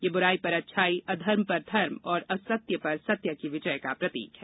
यह बुराई पर अच्छाई अधर्म पर धर्म और असत्य पर सत्य की विजय का प्रतीक है